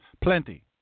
Plenty